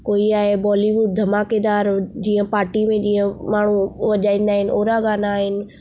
कोई आहे बॉलीवुड धमाकेदार जीअं पार्टी में जीअं माण्हू वॼाईंदा आहिनि अहिड़ा गाना आहिनि